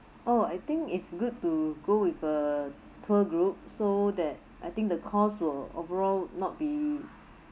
oh I think it's good to go with a tour group so that I think the cost will overall not be